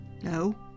No